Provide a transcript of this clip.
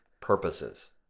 purposes